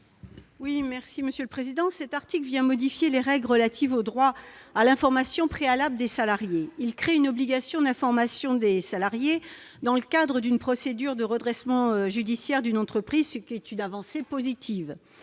est à Mme Laurence Cohen. L'article 62 vient modifier les règles relatives au droit à l'information préalable des salariés, en créant une obligation d'information des salariés dans le cadre d'une procédure de redressement judiciaire de leur entreprise, ce qui est une avancée positive.